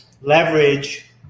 leverage